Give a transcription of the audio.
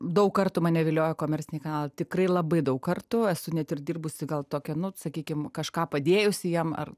daug kartų mane viliojo komerciniai kanalai tikrai labai daug kartų esu net ir dirbusi gal tokią nu sakykim kažką padėjusi jiem ar